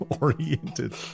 oriented